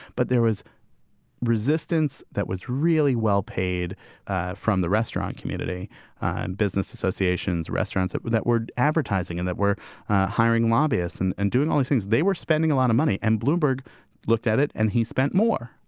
but there was resistance that was really well-paid from the restaurant community and business associations, restaurants that were that were advertising and that were hiring lobbyists and and doing all these things. they were spending a lot of money. and bloomberg looked at it and he spent more